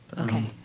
okay